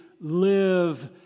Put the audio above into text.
live